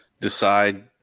decide